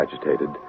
agitated